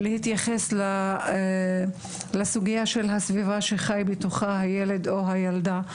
להתייחס לסוגיה של הסביבה שהילד או הילדה חיים בתוכה.